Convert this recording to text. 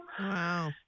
Wow